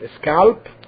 scalp